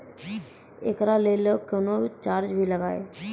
एकरा लेल कुनो चार्ज भी लागैये?